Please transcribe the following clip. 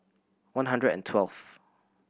one hundred and twelfth